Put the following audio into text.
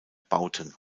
bauten